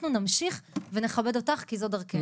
אנחנו נמשיך ונכבד אותך כי זאת דרכנו.